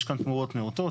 יש כאן תמורות נאותות.